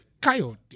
Coyote